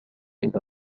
إلى